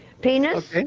Penis